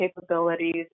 capabilities